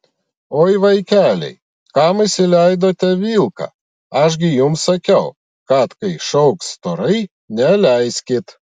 oi vaikeliai kam įsileidote vilką aš gi jums sakiau kad kai šauks storai neleiskit